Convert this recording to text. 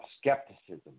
skepticism